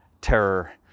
terror